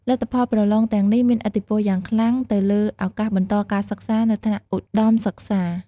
លទ្ធផលប្រឡងទាំងនេះមានឥទ្ធិពលយ៉ាងខ្លាំងទៅលើឱកាសបន្តការសិក្សានៅថ្នាក់ឧត្តមសិក្សា។